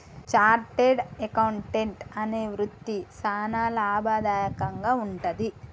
chartered accountant అనే వృత్తి సానా లాభదాయకంగా వుంటది